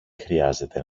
χρειάζεται